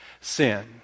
sin